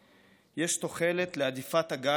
יש תוחלת להדיפת הגל העכור,